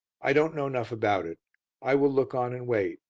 i don't know enough about it i will look on and wait,